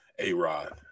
A-Rod